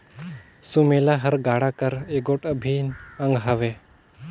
सुमेला हर गाड़ा कर एगोट अभिन अग हवे